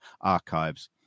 archives